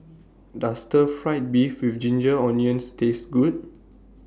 Does Stir Fried Beef with Ginger Onions Taste Good